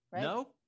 No